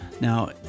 Now